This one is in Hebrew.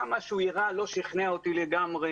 גם מה שהוא היראה לא שכנע אותי לגמרי.